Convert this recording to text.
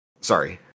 sorry